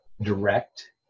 direct